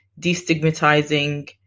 destigmatizing